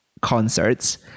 concerts